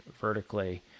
vertically